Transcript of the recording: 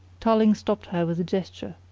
tarling stopped her with a gesture.